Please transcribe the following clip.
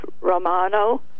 Romano